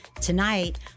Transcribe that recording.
Tonight